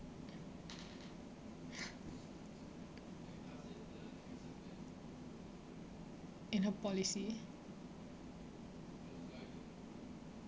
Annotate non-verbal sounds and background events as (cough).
(laughs) in her policy